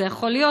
זה יכול להיות,